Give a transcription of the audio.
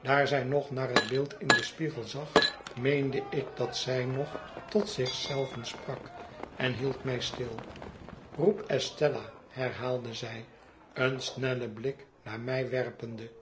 daar zij nog naar haar beeld in den spiegel zag meende ik dat zij nog tot zich zelve sprak en hield mij stil roep estella herhaalde zij een snellen blik naar mij werpende